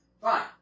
fine